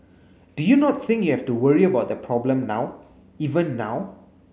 do you not think you have to worry about the problem now even now